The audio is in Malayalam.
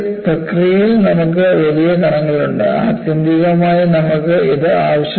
പ്രക്രിയയിൽ നമുക്ക് വലിയ കണങ്ങളുണ്ട് ആത്യന്തികമായി നമുക്ക് ഇത് ആവശ്യമാണ്